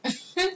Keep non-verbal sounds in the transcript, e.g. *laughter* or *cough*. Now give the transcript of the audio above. *laughs*